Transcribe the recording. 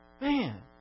man